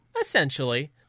Essentially